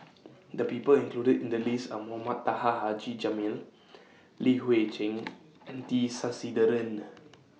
The People included in The list Are Mohamed Taha Haji Jamil Li Hui Cheng and T Sasitharan